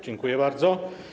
Dziękuję bardzo.